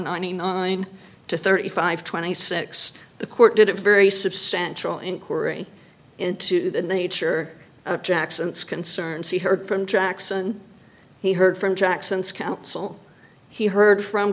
ninety nine to thirty five twenty six the court did a very substantial inquiry into the nature of jackson's concerns he heard from jackson he heard from jackson's counsel he heard from